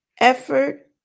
effort